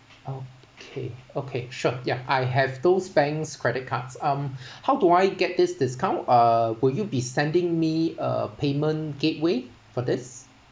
oh okay okay sure ya I have those banks credit cards um how do I get this discount uh will you be sending me a payment gateway for this